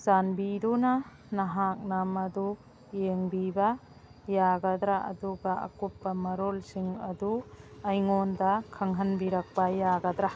ꯆꯥꯟꯕꯤꯗꯨꯅ ꯅꯍꯥꯛꯅ ꯃꯗꯨ ꯌꯦꯡꯕꯤꯕ ꯌꯥꯒꯗ꯭ꯔ ꯑꯗꯨꯒ ꯑꯀꯨꯞꯄ ꯃꯔꯣꯜꯁꯤꯡ ꯑꯗꯨ ꯑꯩꯉꯣꯟꯗ ꯈꯪꯍꯟꯕꯤꯔꯛꯄ ꯌꯥꯒꯗ꯭ꯔ